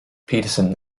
peterson